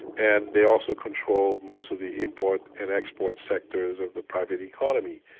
and they also controlled most of the import and export sectors of the private economy.